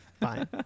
Fine